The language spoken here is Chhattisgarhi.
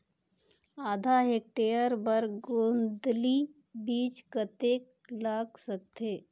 आधा हेक्टेयर बर गोंदली बीच कतेक लाग सकथे?